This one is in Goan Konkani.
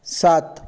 सात